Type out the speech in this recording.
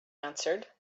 answered